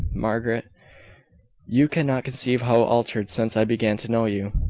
margaret you cannot conceive how altered since i began to know you.